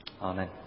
Amen